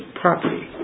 property